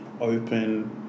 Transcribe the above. open